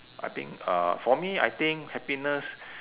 I think uh for me I think happiness